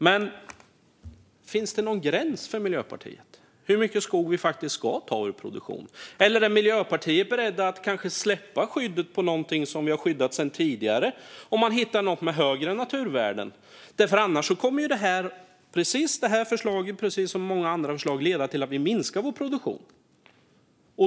Men finns det någon gräns för Miljöpartiet när det gäller hur mycket skog vi faktiskt ska ta ur produktion? Eller är Miljöpartiet berett att kanske släppa skyddet på någonting som vi har skyddat sedan tidigare om man hittar något med högre naturvärden? Annars kommer det här förslaget, precis som många andra förslag, att leda till att vi minskar vår produktion.